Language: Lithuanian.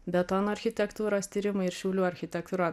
betono architektūros tyrimai ir šiaulių architektūra